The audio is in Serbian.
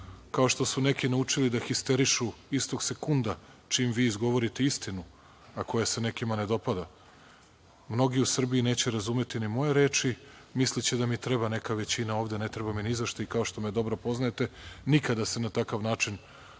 kao što su neki naučili da histerišu istog sekunda čim vi izgovorite istinu, a koja se nekima ne dopada, mnogi u Srbiji neće razumeti ni moje reči, misliće da mi treba neka većina ovde. Ne treba mi ni za šta i, kao što me dobro poznajete, nikada se na takav način za većinu